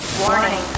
Warning